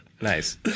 Nice